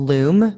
Loom